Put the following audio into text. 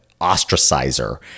ostracizer